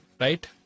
right